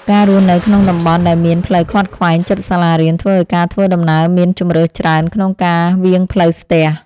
ការរស់នៅក្នុងតំបន់ដែលមានផ្លូវខ្វាត់ខ្វែងជិតសាលារៀនធ្វើឱ្យការធ្វើដំណើរមានជម្រើសច្រើនក្នុងការវាងផ្លូវស្ទះ។